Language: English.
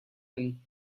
him